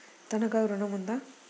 తనఖా ఋణం ఉందా?